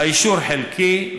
האישור חלקי,